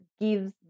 gives